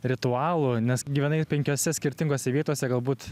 ritualų nes gyvenai penkiose skirtingose vietose galbūt